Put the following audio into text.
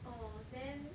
orh then